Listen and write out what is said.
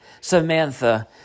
Samantha